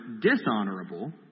dishonorable